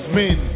men